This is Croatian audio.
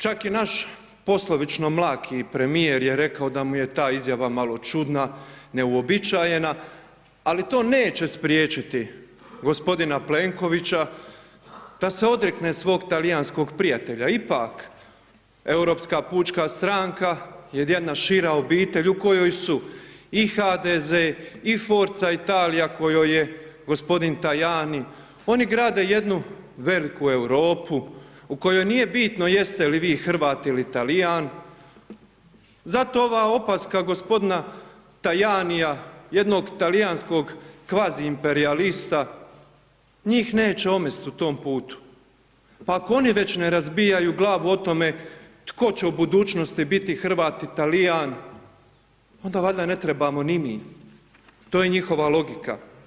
Čak i naš poslovično mlaki premijer je rekao da mu je ta izjava malo čudna, neuobičajena, ali to neće spriječiti g. Plenkovića da se odrekne svog talijanskog prijatelja, ipak Europska pučka stranka je jedna šira obitelj u kojoj su i HDZ i Forca Italija u kojoj je g. Tajani, oni grade jednu veliku Europu u kojoj nije bitno jeste li vi Hrvat ili Talijan, zato ova opaska g. Tajanija, jednog talijanskog kvazi imperijalista, njih neće omest u tom putu, pa ako oni već ne razbijaju glavu o tome tko će u budućnosti biti Hrvat i Talijan, onda valjda ne trebamo ni mi, to je njihova logika.